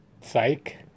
Psych